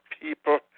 people